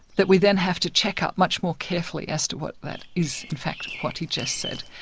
that we then have to check up much more carefully as to what that is, in fact, what he just said.